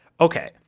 Okay